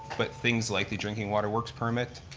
but things like the drinking water works permit,